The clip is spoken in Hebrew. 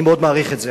אני מאוד מעריך את זה,